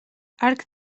arc